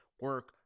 Work